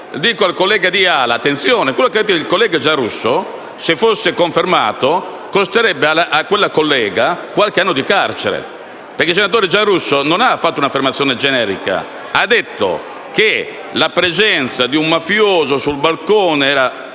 Al collega di AL-A dico che se quello che ha detto il collega Giarrusso fosse confermato, costerebbe a quella collega qualche anno di carcere, perché il senatore Giarrusso non ha fatto un'affermazione generica, ma ha detto (e poi ha scritto) che la presenza di un mafioso sul balcone era